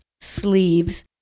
sleeves